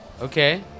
Okay